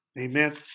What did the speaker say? Amen